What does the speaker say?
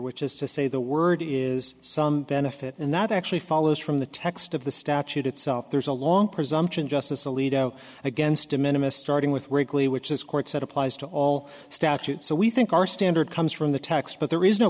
which is to say the word is some benefit and that actually follows from the text of the statute itself there's a long presumption justice alito against a minimalist starting with wrigley which is courts it applies to all statutes so we think our standard comes from the text but there is no